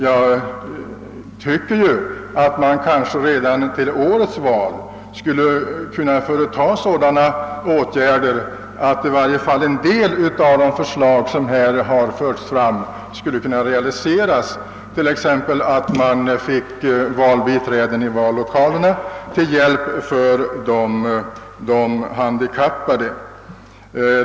Jag tycker att man redan till årets val skulle kunna vidta sådana åtgärder att i varje fall en del av de framförda förslagen kunde realiseras, t.ex. förslaget om valbiträden vid vallokalerna till hjälp för de handikappade.